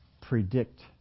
predict